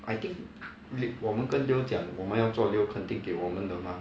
I think 我们跟 leo 讲我要做 leo 肯定给我们的 mah